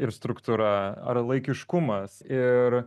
ir struktūra ar laikiškumas ir